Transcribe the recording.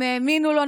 הם האמינו לו,